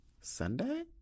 Sunday